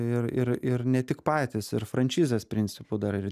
ir ir ir ne tik patys ir franšizės principu dar ir